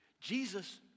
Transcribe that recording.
Jesus